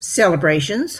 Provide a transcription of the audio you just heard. celebrations